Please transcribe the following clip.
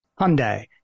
Hyundai